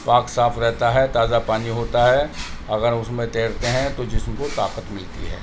پاک صاف رہتا ہے تازہ پانی ہوتا ہے اگر اس میں تیرتے ہیں تو جسم کو طاقت ملتی ہے